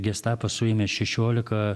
gestapas suėmė šešiolika